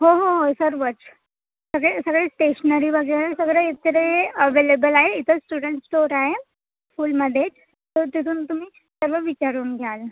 हो हो हो सर्वच सगळे सगळे स्टेशनरी वगैरे सगळं इकडे अवेलेबल आहे इथं स्टुडंट स्टोअर आहे स्कूलमध्येच तर तिथून तुम्ही सर्व विचारून घ्याल